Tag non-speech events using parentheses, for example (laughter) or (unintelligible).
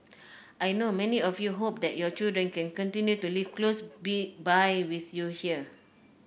I know many of you hope that your children can continue to live close (unintelligible) by with you here